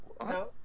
No